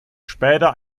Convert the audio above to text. später